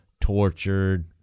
tortured